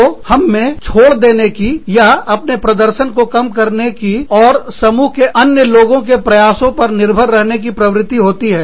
तो हम में छोड़ देने की या अपने प्रदर्शन को कम कर देने की और समूह के अन्य लोगों के प्रयासों पर निर्भर रहने की प्रवृत्ति होती है